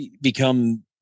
become